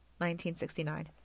1969